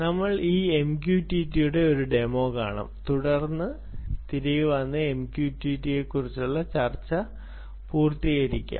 നമുക്ക് ഈ MQTT യുടെ ഒരു ഡെമോ കാണാം തുടർന്ന് തിരികെ വന്ന് MQTT നെക്കുറിച്ചുള്ള ചർച്ച പൂർത്തിയാക്കുക